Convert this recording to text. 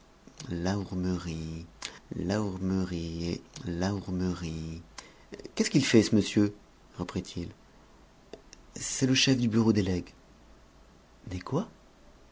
la hourmerie et qu'est-ce qu'il fait ce monsieur reprit-il c'est le chef du bureau des legs des quoi